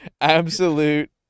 absolute